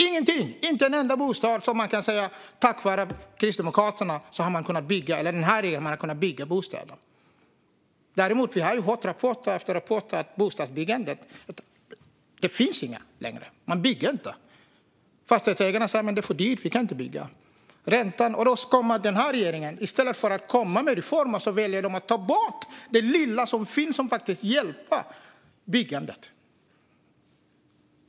Inte en enda bostad har kunnat byggas tack vare Kristdemokraterna eller den här regeringen. Vi har fått rapport efter rapport om att det inte finns något bostadsbyggande längre. Man bygger inte. Fastighetsägarna säger att det är för dyrt. Och i stället för att komma med reformer väljer den här regeringen att ta bort det lilla som finns som faktiskt hjälper byggandet.